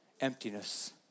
emptiness